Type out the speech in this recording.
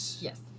Yes